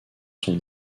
son